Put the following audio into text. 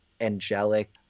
angelic